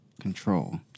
Control